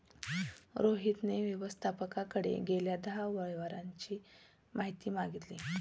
रोहितने व्यवस्थापकाकडे गेल्या दहा व्यवहारांची माहिती मागितली